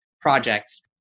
projects